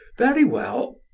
very well.